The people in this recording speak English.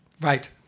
Right